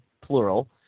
plural